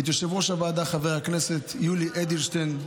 ואת יושב-ראש הוועדה חבר הכנסת יולי אדלשטיין,